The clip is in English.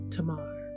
Tamar